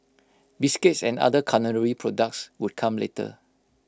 biscuits and other culinary products would come later